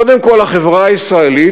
קודם כול החברה הישראלית,